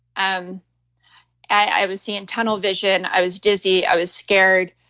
um i was seeing tunnel vision, i was dizzy, i was scared.